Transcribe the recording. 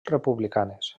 republicanes